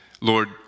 Lord